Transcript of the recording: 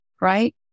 right